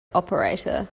operator